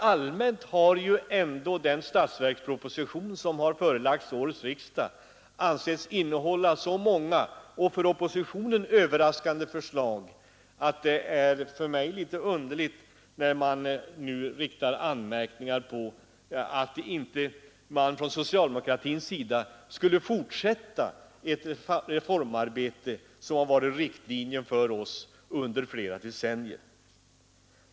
Allmänt har ju ändå den statsverksproposition som förelagts årets riksdag ansetts innehålla så många och för oppositionen överraskande förslag att det är underligt att man nu riktar anmärkningar mot socialdemokratin för att den inte skulle vilja fortsätta det reformarbete som varit riktlinjen för oss under flera decennier.